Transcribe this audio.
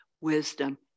wisdom